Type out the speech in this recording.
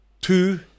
two